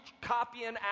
copying